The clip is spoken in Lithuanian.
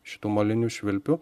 šitų molinių švilpių